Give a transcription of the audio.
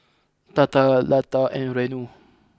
Tata Lata and Renu